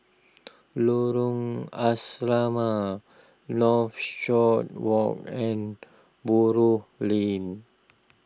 Lorong Asrama Northshore Walk and Buroh Lane